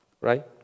right